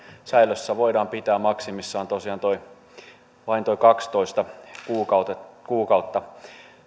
säilössä voidaan pitää maksimissaan vain nuo kaksitoista kuukautta kuukautta